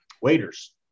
Waiters